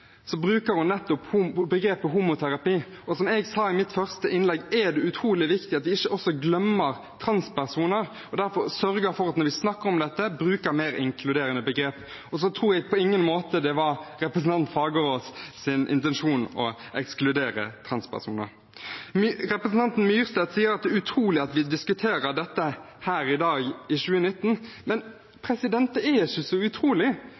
Så vil jeg kort si at det er flere representanter, bl.a. representanten Fagerås, som når de snakker om homoterapi, bruker nettopp begrepet homoterapi. Som jeg sa i mitt første innlegg, er det utrolig viktig at vi ikke også glemmer transpersoner og derfor sørger for at vi når vi snakker om dette, bruker mer inkluderende begrep. Jeg tror på ingen måte det var representanten Fagerås’ intensjon å ekskludere transpersoner. Representanten Myrseth sier at det er utrolig at vi diskuterer dette her i dag, i 2019, men det er